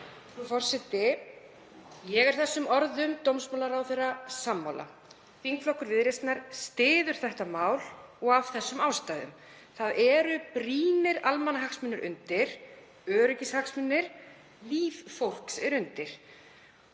Frú forseti. Ég er þessum orðum dómsmálaráðherra sammála. Þingflokkur Viðreisnar styður þetta mál og af sömu ástæðum. Það eru brýnir almannahagsmunir undir, öryggishagsmunir, líf fólks er undir.